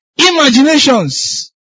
Imaginations